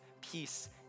peace